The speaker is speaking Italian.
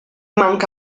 manca